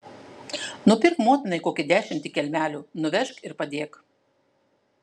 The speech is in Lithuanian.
nupirk motinai kokį dešimtį kelmelių nuvežk ir padėk